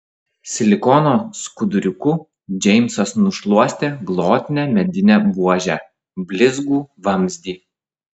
silikono skuduriuku džeimsas nušluostė glotnią medinę buožę blizgų vamzdį